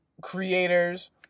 creators